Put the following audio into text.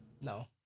No